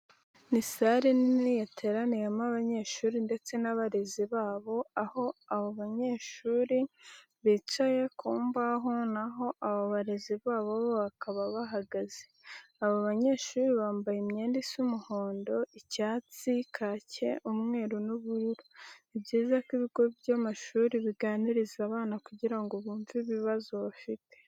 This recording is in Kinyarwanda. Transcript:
Ni sale nini yateraniyemo abanyeshuri ndetse n'abarezi babo, aho abo banyeshuri bicaye ku mbaho naho abo barize babo bo bakaba bahagaze. Abo banyeshuri bambaye imyenda isa umuhondo, icyatsi, kake, umweru n'ubururu. Ni byiza ko ibigo by'amashuri biganiriza abana kugira ngo bumve ibibazo bafite.